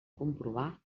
comprovar